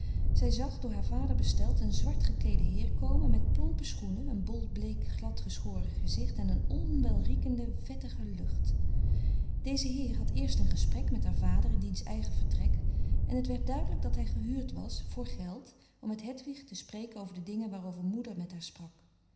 ze zag door haar vader besteld een zwart gekleede heer komen met plompe schoenen een bol bleek glad geschoren gezicht en een onwelriekende vettige lucht deze heer had eerst een gesprek met haar vader in diens eigen vertrek en het werd duidelijk dat hij gehuurd was voor geld om met hedwig te spreken over de dingen waarover moeder met haar sprak